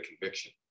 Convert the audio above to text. conviction